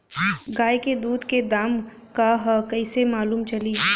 गाय के दूध के दाम का ह कइसे मालूम चली?